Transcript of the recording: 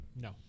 No